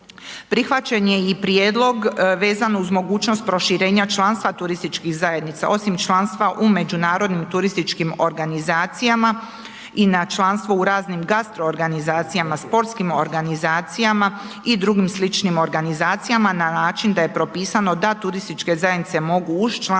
Prihvaćen je i prijedlog vezano uz mogućnost proširenja članstva turističkih zajednica osim članstva u međunarodnim turističkim organizacijama i na članstvo u raznim gastroorganizacijama, sportskim organizacijama i drugim sličnim organizacijama na način da je propisano da turističke zajednice mogu uz članstvo